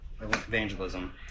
Evangelism